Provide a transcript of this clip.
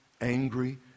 angry